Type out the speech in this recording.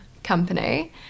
Company